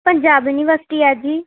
Punjab university ਹੈ ਜੀ